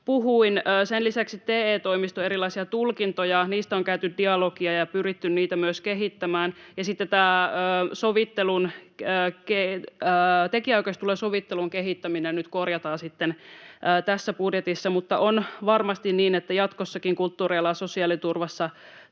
puhuin. Sen lisäksi TE-toimistojen erilaisista tulkinnoista on käyty dialogia ja pyritty niitä myös kehittämään. Ja sitten tämä tekijänoikeustulojen sovittelun kehittäminen nyt korjataan sitten tässä budjetissa, mutta on varmasti niin, että jatkossakin kulttuurialan sosiaaliturvassa